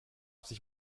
sich